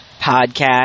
podcast